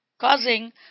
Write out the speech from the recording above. causing